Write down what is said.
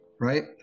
right